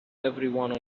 everyone